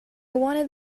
wanted